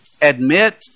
admit